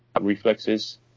reflexes